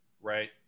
Right